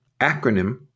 acronym